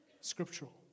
scriptural